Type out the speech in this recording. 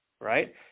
right